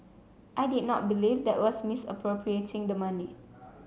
I did not believe that was misappropriating the money